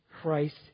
Christ